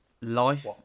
life